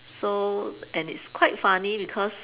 so and it's quite funny because